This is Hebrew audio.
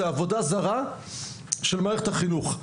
זו עבודה זרה של מערכת החינוך.